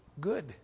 good